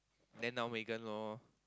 then now Megan lor